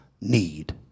need